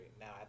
Now